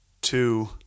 two